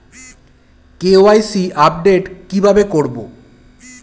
KYC update কি ভাবে করবো?